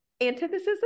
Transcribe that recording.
antithesis